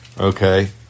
Okay